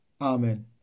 Amen